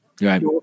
Right